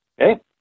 Okay